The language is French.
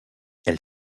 elle